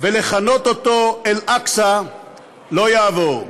ולכנות אותו אל-אקצא לא יעבור,